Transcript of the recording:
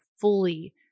fully